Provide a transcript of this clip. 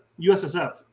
USSF